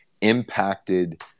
impacted –